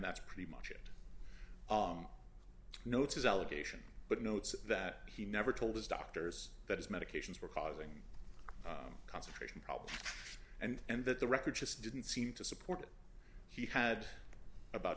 that's pretty much it no it's his allegation but notes that he never told his doctors that his medications were causing concentration problems and that the records just didn't seem to support it he had about